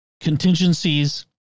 contingencies